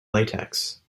latex